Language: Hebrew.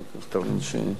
תודה רבה.